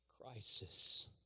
crisis